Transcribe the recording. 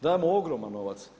Damo ogroman novac.